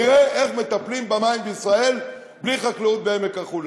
נראה איך מטפלים במים בישראל בלי חקלאות בעמק-החולה.